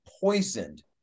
poisoned